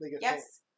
yes